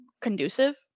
conducive